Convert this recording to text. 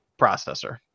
processor